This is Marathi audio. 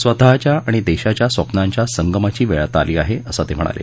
स्वतःच्या आणि देशाच्या स्वप्नांच्या संगमाची वेळ आता आली आहे असं ते म्हणाले